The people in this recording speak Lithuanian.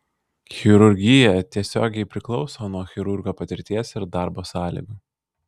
chirurgija tiesiogiai priklauso nuo chirurgo patirties ir darbo sąlygų